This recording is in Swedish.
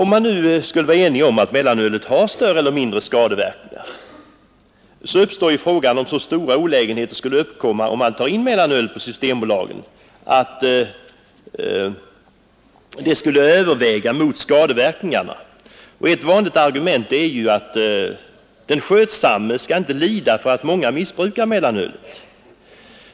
Om man sålunda skulle vara enig om att mellanölet har större eller mindre skadeverkningar uppstår frågan om så stora olägenheter skulle uppkomma, om man tar in mellanölet på systembolagen, att det skulle överväga skadeverkningarna. Ett vanligt argument är att den skötsamme inte skall lida för att många missbrukar mellanölet.